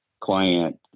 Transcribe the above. client